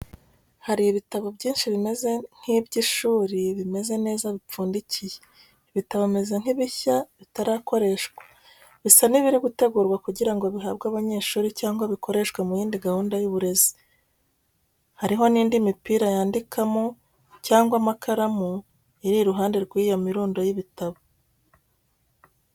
Hari ibitabo byinshi bimeze nk’iby’ishuri bimeze neza bipfundikiye. Ibitabo bimeze nk’ibishya bitarakoreshwa bisa n’ibiri gutegurwa kugira ngo bihabwe abanyeshuri cyangwa bikoreshwe mu yindi gahunda y’uburezi. Hariho n’indi mipira yandikamo cyangwa amakaramu iri iruhande rw’iyo mirundo y’ibitabo.